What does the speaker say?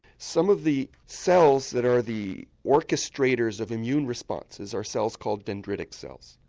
some of the cells that are the orchestrators of immune responses are cells called dendritic cells.